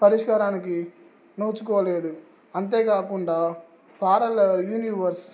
పరిష్కారానికి నోచుకోలేదు అంతేకాకుండా ప్యారలెల్ యూనివర్స్